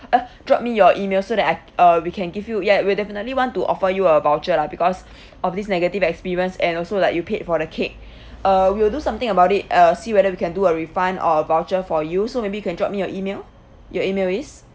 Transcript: uh drop me your email so that I uh we can give you ya we'll definitely want to offer you a voucher lah because of this negative experience and also like you paid for the cake uh we will do something about it uh see whether we can do a refund or a voucher for you so maybe you can drop me your email your email is